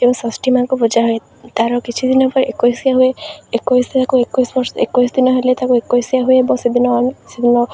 ଯେଉଁ ଷଷ୍ଠୀ ମା'ଙ୍କୁ ପୂଜା ହଏ ତା'ର କିଛି ଦିନ ପରେ ଏକୋଇଶିଆ ହୁଏ ଏକୋଇଶି ତାକୁ ଏକୋଇଶ ଏକୋଇଶି ଦିନ ହେଲେ ତାକୁ ଏକୋଇଶିଆ ହୁଏ ଏବଂ ସେଦିନ ସେଦିନ